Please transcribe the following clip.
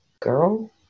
girl